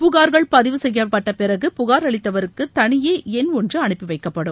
புகார்கள் பதிவு செய்யப்பட்ட பிறகு புகார் அளித்தவருக்கு தனியே எண் ஒன்று அனுப்பிவைக்கப்படும்